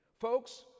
Folks